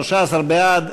13 בעד,